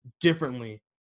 differently